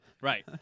Right